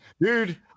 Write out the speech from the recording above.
Dude